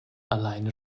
alleine